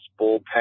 bullpen